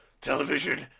television